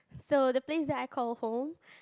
so the place that I call home